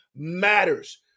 matters